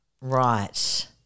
Right